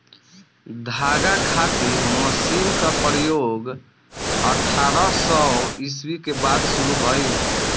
धागा खातिर मशीन क प्रयोग अठारह सौ ईस्वी के बाद शुरू भइल